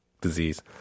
disease